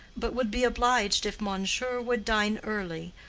but would be obliged if monsieur would dine early,